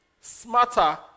smarter